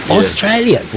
Australia